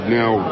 now